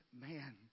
man